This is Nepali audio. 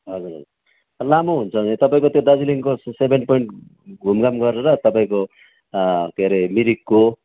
हजुर हजुर लामो हुन्छ भने तपाईँको त्यो दार्जिलिङको सेभेन पोइन्ट घुमघाम गरेर तपाईँको के अरे मिरिकको